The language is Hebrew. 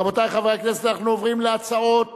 רבותי חברי הכנסת, אנחנו עוברים להצעות